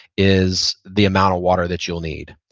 is the amount of water that you'll need.